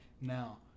Now